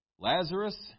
Lazarus